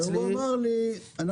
-- אנחנו